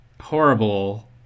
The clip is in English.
horrible